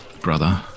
brother